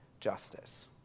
justice